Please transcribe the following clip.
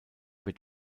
wird